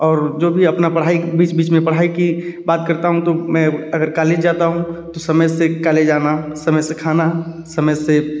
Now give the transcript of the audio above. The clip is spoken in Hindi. और जो भी अपना पढ़ाई बीच बीच में पढ़ाई की बात करता हूँ तो मैं अगर कॉलेज जाता हूँ तो समय से कॉलेज आना समय से खाना समय से